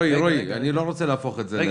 אני לא רוצה להפוך את זה...